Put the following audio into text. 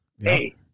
hey